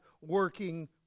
working